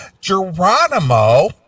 Geronimo